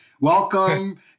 welcome